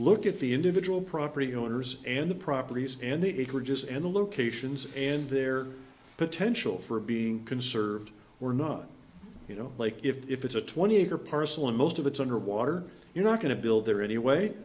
look at the individual property owners and the properties and the acreage is and the locations and their potential for being conserved or not you know like if it's a twenty acre parcel and most of it's underwater you're not going to build there anyway